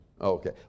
Okay